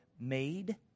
made